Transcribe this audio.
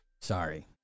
Sorry